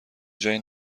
جایی